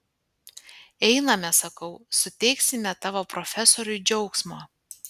einame sakau suteiksime tavo profesoriui džiaugsmo